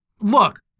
look